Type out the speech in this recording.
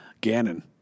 Gannon